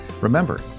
Remember